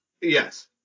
Yes